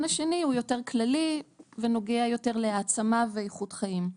השני הוא יותר כללי ונוגע יותר להעצמה ואיכות חיים.